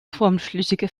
formschlüssige